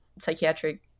psychiatric